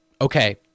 okay